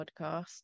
podcast